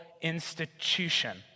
institution